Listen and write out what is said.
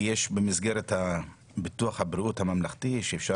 כי במסגרת ביטוח בריאות ממלכתי אפשר